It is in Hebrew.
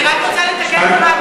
אני רק רוצה לתקן אותך,